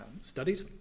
studied